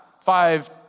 five